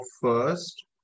first